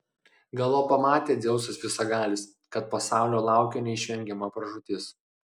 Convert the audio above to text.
galop pamatė dzeusas visagalis kad pasaulio laukia neišvengiama pražūtis